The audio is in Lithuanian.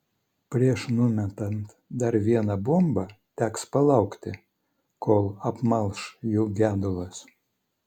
prieš numetant dar vieną bombą teks palaukti kol apmalš jų gedulas